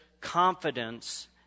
confidence